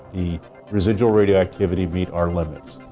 the residual radioactivity meets are limits.